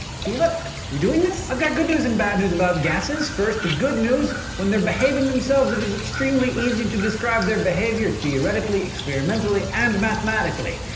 feel it? are you doing this? i've got good news and bad news about gases. first the good news, when they're behaving themselves it is extremely easy to describe their behavior theoretically, experimentally and mathematically.